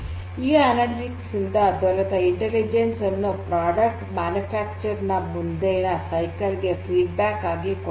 ಈ ಅನಾಲ್ಟಿಕ್ಸ್ ನಿಂದ ದೊರೆತ ಇಂಟೆಲಿಜೆನ್ಸ್ ಗಳನ್ನು ಉತ್ಪನ್ನದ ಉತ್ಪಾದನೆಯ ಮುಂದಿನ ಸೈಕಲ್ ಗೆ ಫೀಡ್ ಬ್ಯಾಕ್ ಆಗಿ ಕೊಡಬೇಕು